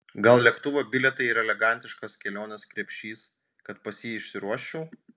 gal lėktuvo bilietai ir elegantiškas kelionės krepšys kad pas jį išsiruoščiau